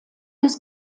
des